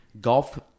golf